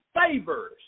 favors